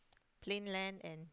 plain land and